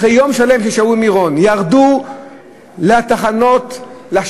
אחרי ששהו יום שלם במירון,